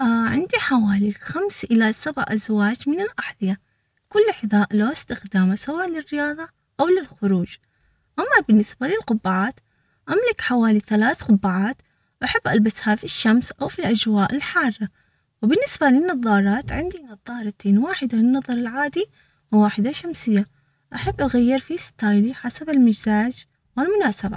عندي حوالي خمس الى سبع ازواج من الاحذية كل حذاء له استخدامه سوا للرياظة او للخروج اما بالنسبة للقبعات املك حوالي ثلاث قبعات احب البسها في الشمس او في الاجواء الحارة وبالنسبة للنظارات عندي نظارة النظر العادي وواحدة شمسية احب اغير في ستايلي حسب المزاج والمناسبة.